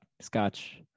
scotch